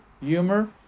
humor